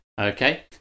Okay